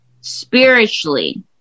spiritually